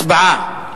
הצבעה.